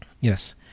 Yes